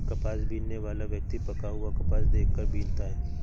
कपास बीनने वाला व्यक्ति पका हुआ कपास देख कर बीनता है